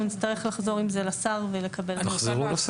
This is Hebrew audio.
נצטרך לחזור עם זה לשר ולקבל --- תחזרו לשר,